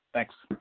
thanks.